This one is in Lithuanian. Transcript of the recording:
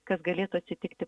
kas galėtų atsitikti